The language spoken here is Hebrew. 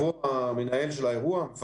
צריך להיות המנהל של האירוע, המפקד,